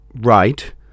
right